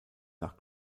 nach